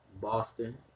Boston